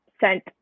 sent